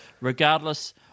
Regardless